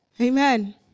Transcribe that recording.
Amen